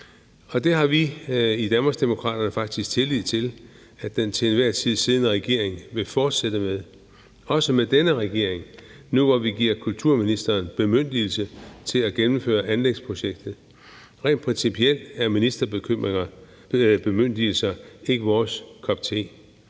Og det har vi i Danmarksdemokraterne faktisk tillid til at den til enhver tid siddende regering vil fortsætte med, også denne regering, nu, hvor vi giver kulturministeren bemyndigelse til at gennemføre anlægsprojektet. Rent principielt er ministerbemyndigelser ikke vores kop te.